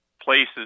places